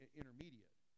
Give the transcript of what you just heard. intermediate